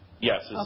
Yes